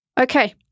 Okay